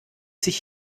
sich